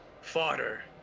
fodder